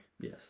Yes